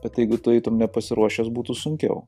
kad jeigu tu eitum nepasiruošęs būtų sunkiau